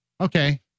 Okay